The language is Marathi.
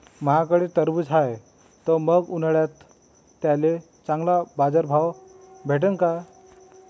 माह्याकडं टरबूज हाये त मंग उन्हाळ्यात त्याले चांगला बाजार भाव भेटन का?